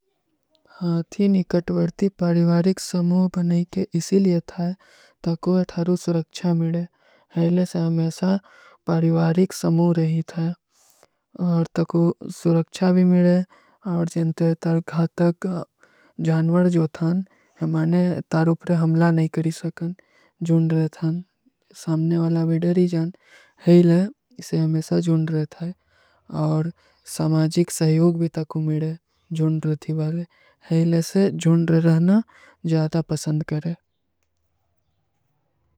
ହାଥୀ ନିକଟଵର୍ଟୀ ପାରିଵାରିକ ସମୋ ବନାଈ କେ ଇସଲିଏ ଥାଈ ତକୋ ଥାରୂ ସୁରକ୍ଷା ମିଡେ। ହେଲେ ସେ ହମେସା ପାରିଵାରିକ ସମୋ ରହୀ ଥାଈ ଔର ତକୋ ସୁରକ୍ଷା ଭୀ ମିଡେ ଔର ଜୈଂତେ ଥାର ଘାତକ ଜାନଵର ଜୋ ଥାନ ହମାନେ ତାରୂପରେ ହମଲା ନହୀଂ କରୀ ସକନ, ଜୁନ ରହ ଥାନ ସାମନେ ଵାଲା ଭୀ ଡରୀ ଜାନ, ହେଲେ ଇସେ ହମେସା ଜୁନ ରହ ଥାଈ ଔର ସମାଜିକ ସହଯୋଗ ଭୀ ତକ ଉମିଡେ ଜୁନ ରଥୀ ବାଲେ ହେଲେ ସେ ଜୁନ ରହନା ଜଯାତା ପସଂଦ କରେ।